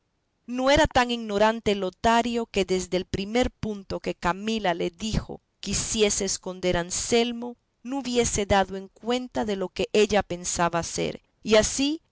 no era tan ignorante lotario que desde el primer punto que camila le dijo que hiciese esconder a anselmo no hubiese dado en la cuenta de lo que ella pensaba hacer y así